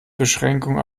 beschränkungen